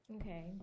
Okay